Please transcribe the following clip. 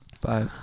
Bye